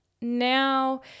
now